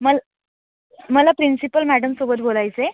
मला मला प्रिन्सिपल मॅडमसोबत बोलायचं आहे